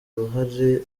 uruhare